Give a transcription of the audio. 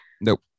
Nope